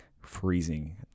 freezing